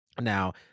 now